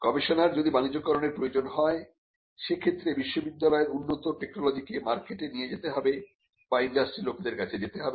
গবেষণার যদি বাণিজ্যকরনের প্রয়োজন হয় সে ক্ষেত্রে বিশ্ববিদ্যালয়ের উন্নত টেকনোলজি কে মার্কেটে নিয়ে যেতে হবে বা ইন্ডাস্ট্রির লোকেদের কাছে যেতে হবে